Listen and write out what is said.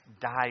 died